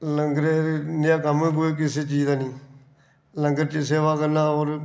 लंगरे नेहा कम्म के कोई कुसै चीज दा नी लंगर च सेवा करना और